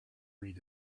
read